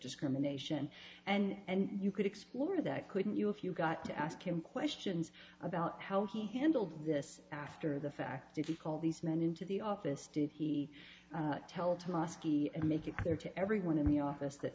discrimination and you could explore that couldn't you if you got to ask him questions about how he handled this after the fact if he called these men into the office did he tell tomasky and make it clear to everyone in the office that